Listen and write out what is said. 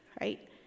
Right